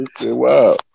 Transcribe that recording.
Wow